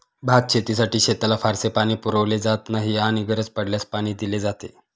भातशेतीसाठी शेताला फारसे पाणी पुरवले जात नाही आणि गरज पडल्यास पाणी दिले जाते